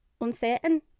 uncertain